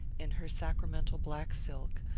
in her sacramental black silk,